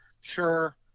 sure